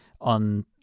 on